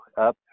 up